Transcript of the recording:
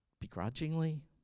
begrudgingly